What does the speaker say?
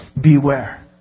Beware